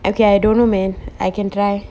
okay I don't know man I can try